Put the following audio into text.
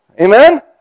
Amen